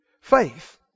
faith